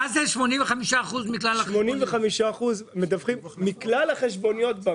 מה ה 85 אחוזים מכלל החשבוניות?